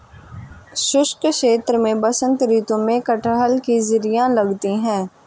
शुष्क क्षेत्र में बसंत ऋतु में कटहल की जिरीयां लगती है